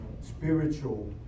spiritual